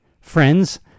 friends